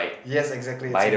yes exactly it's in